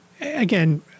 again